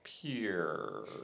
pure